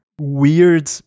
weird